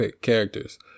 characters